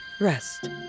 Rest